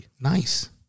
Nice